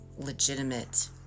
legitimate